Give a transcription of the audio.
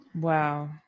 wow